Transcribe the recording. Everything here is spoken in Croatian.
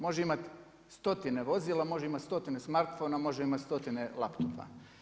Može imati stotine vozila, može imati stotine smartfona, može imati stotine laptopa.